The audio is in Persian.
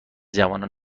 جوانان